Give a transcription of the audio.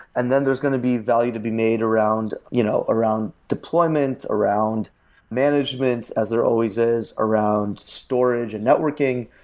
and then, there's going to be value to be made around you know around deployment, around management, as there always is, around storage and networking.